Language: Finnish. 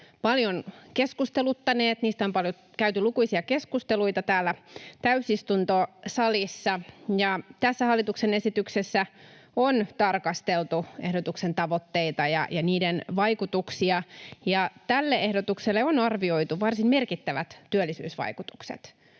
paljon keskusteluttaneet. Niistä on käyty lukuisia keskusteluita täällä täysistuntosalissa. Tässä hallituksen esityksessä on tarkasteltu ehdotuksen tavoitteita ja vaikutuksia, ja tälle ehdotukselle on arvioitu varsin merkittävät työllisyysvaikutukset.